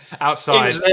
Outside